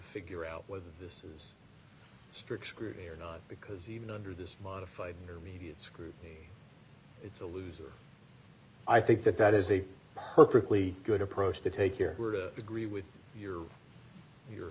figure out whether this is strict scrutiny or not because even under this modified immediate screwed it's a loser i think that that is a perfectly good approach to take here agree with your your